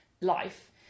life